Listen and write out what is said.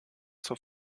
zur